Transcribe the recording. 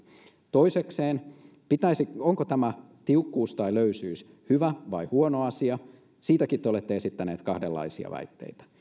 toisekseen onko tämä tiukkuus tai löysyys hyvä vai huono asia siitäkin te olette esittänyt kahdenlaisia väitteitä